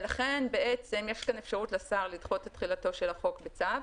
ולכן יש כאן אפשרות לשר לדחות את תחילתו של החוק בצו,